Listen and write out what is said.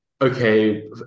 okay